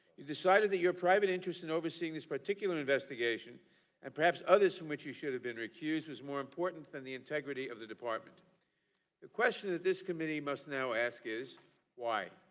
you decided that your private interest in overseeing this particular investigation and perhaps others from which you should have been recused is more important than the integrity of the department and the question this committee must now ask is why.